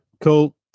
cool